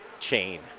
chain